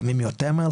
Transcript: לפעמים יותר מהר,